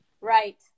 Right